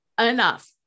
enough